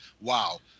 Wow